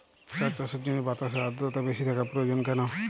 চা চাষের জন্য বাতাসে আর্দ্রতা বেশি থাকা প্রয়োজন কেন?